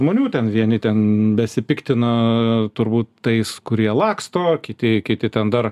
žmonių ten vieni ten besipiktina turbūt tais kurie laksto kiti kiti ten dar